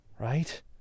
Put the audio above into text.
right